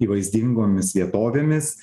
vaizdingomis vietovėmis